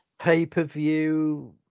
Pay-per-view